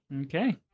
Okay